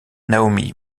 naomi